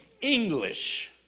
English